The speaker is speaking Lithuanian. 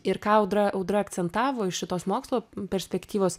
ir ką audra audra akcentavo iš šitos mokslo perspektyvos